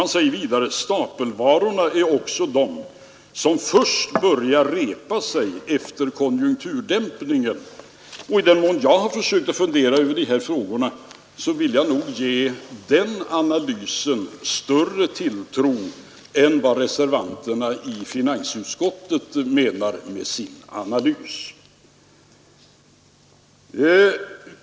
Man säger vidare att stapelvarorna är de som först börjar repa sig efter konjunkturdämpningen. Jag vill nog tillmäta den analysen större tilltro än den analys reservanterna i finansutskottet har presterat.